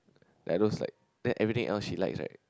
there are those like then everything else she likes right